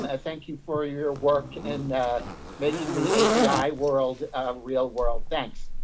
ah thank you for your work and that making the api world of real world. thanks.